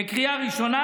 בקריאה ראשונה,